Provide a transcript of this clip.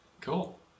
Cool